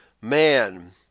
man